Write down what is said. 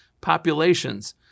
populations